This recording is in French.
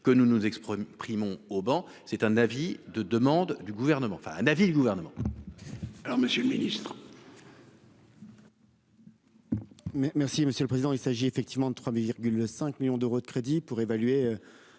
que nous nous exprimons Primon au banc c'est un avis de demande du gouvernement, enfin un avis du gouvernement. Alors Monsieur le Ministre. Mais merci monsieur le président, il s'agit effectivement de 3,5 millions d'euros de crédits pour évaluer